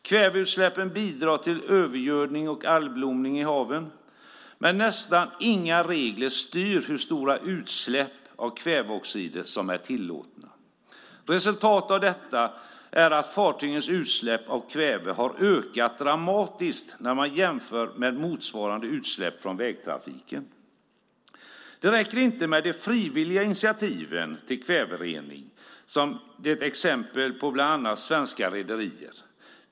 Kväveutsläppen bidrar till övergödning och algblomning i haven. Men nästan inga regler styr hur stora utsläpp av kväveoxider som är tillåtna. Resultatet av detta är att fartygens utsläpp av kväve har ökat dramatiskt jämfört med motsvarande utsläpp från vägtrafiken. Det räcker inte med de frivilliga initiativ till kväverening som det finns exempel på bland annat i svenska rederier.